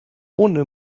ohne